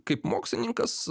kaip mokslininkas